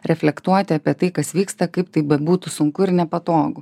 reflektuoti apie tai kas vyksta kaip tai bebūtų sunku ir nepatogu